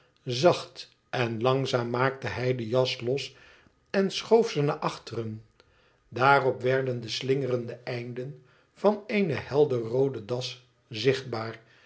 zacht en langzaam maakte hij de jas los en schoof ze naar achteren daarop werden de slingerende einden van eene helderroode das zichtbaar